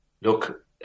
Look